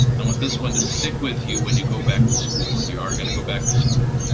i want this one to stick with you when you go back to school, and you are gonna go back to school,